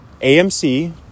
AMC